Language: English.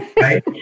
Right